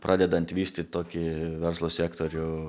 pradedant vystyti tokį verslo sektorių